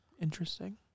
Interesting